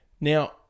Now